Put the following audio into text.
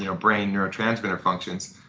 you know brain neurotransmitter functions.